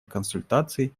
консультаций